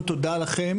תודה רבה.